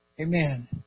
Amen